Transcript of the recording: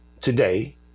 today